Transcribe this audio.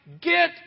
get